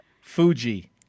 Fuji